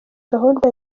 gahunda